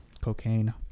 cocaine